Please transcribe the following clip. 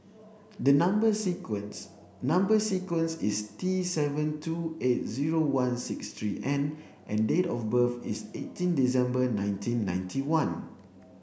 the number sequence number sequence is T seven two eight zero one six three N and date of birth is eighteen December nineteen ninety one